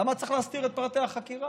למה צריך להסתיר את פרטי החקירה?